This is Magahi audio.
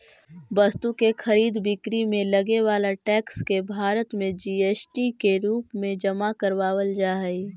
वस्तु के खरीद बिक्री में लगे वाला टैक्स के भारत में जी.एस.टी के रूप में जमा करावल जा हई